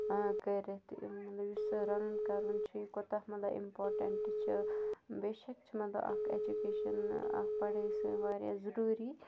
کٔرِتھ مطلب یُس ہسا رَنُن کَرُن چھِ یہِ کوتاہ مطلب اِمپاٹَنٛٹ چھِ بیشک چھِ مطلب اَکھ ایٚجوکیشَن اَکھ پَڑٲے سۭتۍ واریاہ ضٔروٗری